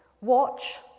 watch